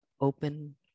Open